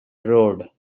road